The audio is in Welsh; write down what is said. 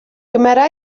gymera